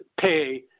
pay